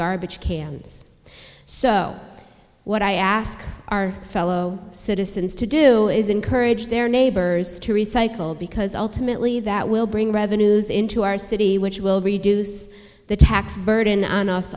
garbage cans so what i ask our fellow citizens to do is encourage their neighbors to recycle because ultimately that will bring revenues into our city which will reduce the tax burden on us